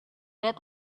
that